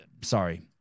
Sorry